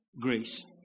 grace